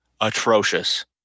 atrocious